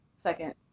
second